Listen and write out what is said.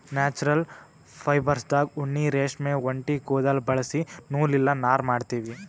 natural ಫೈಬರ್ಸ್ದಾಗ್ ಉಣ್ಣಿ ರೇಷ್ಮಿ ಒಂಟಿ ಕುದುಲ್ ಬಳಸಿ ನೂಲ್ ಇಲ್ಲ ನಾರ್ ಮಾಡ್ತೀವಿ